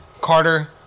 Carter